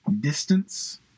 Distance